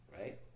Right